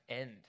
end